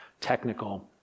technical